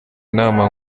inama